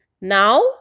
Now